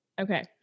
Okay